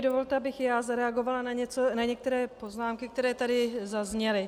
Dovolte, abych i já zareagovala na některé poznámky, které tady zazněly.